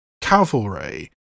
cavalry